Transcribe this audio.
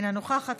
אינה נוכחת,